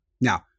Now